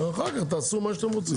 אחר כך תעשו מה שאתם רוצים.